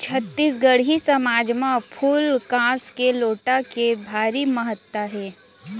छत्तीसगढ़ी समाज म फूल कांस के लोटा के भारी महत्ता हे